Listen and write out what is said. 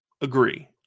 agree